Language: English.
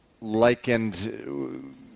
likened